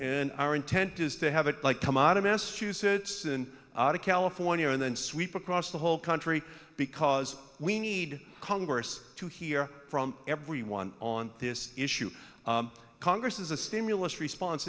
in our intent is to have it like come on a mass few sets and california and then sweep across the whole country because we need congress to hear from everyone on this issue congress is a stimulus response